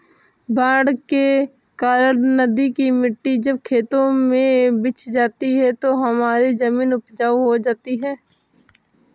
बाढ़ के कारण नदी की मिट्टी जब खेतों में बिछ जाती है तो हमारी जमीन उपजाऊ हो जाती है